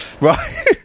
Right